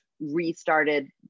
restarted